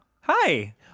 hi